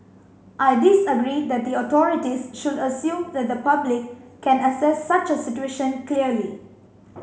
I disagree that the authorities should assume that the public can assess such a situation clearly